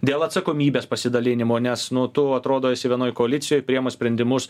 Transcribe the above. dėl atsakomybės pasidalinimo nes nu tu atrodo esi vienoj koalicijoj priema sprendimus